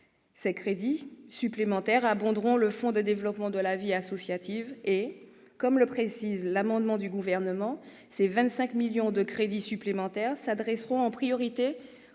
Ces crédits supplémentaires abonderont le Fonds de développement de la vie associative et, comme il est précisé dans l'amendement du Gouvernement, ces 25 millions d'euros de crédits supplémentaires s'adresseront en priorité